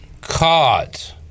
caught